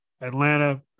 Atlanta